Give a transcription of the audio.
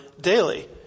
daily